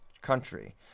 Country